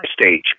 stage